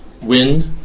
wind